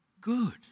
good